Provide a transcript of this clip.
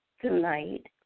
tonight